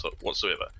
whatsoever